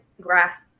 grasp